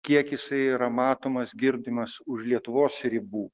kiek jisai yra matomas girdimas už lietuvos ribų